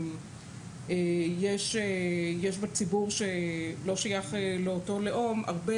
שיש בה ציבור שלא שייך לאותו לאום אלה